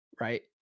Right